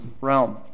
realm